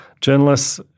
journalists